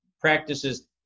practices